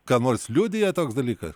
ką nors liudija toks dalykas